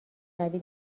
قوی